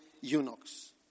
eunuchs